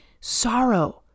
sorrow